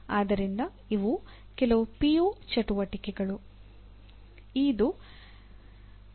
ಆದ್ದರಿಂದ ಇವು ಕೆಲವು ಪಿಒ ಚಟುವಟಿಕೆಗಳು